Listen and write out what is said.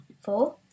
four